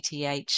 ATH